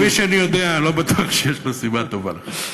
כפי שאני יודע, לא בטוח שיש לו סיבה טובה לכך.